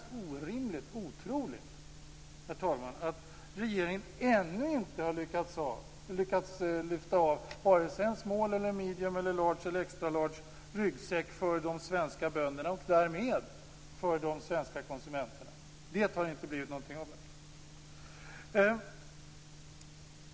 Det är orimligt att regeringen ännu inte har lyckats att lyfta av vare sig en small, medium, large eller extralarge ryggssäck för de svenska bönderna och därmed för de svenska konsumenterna. Detta har det inte blivit någonting av med.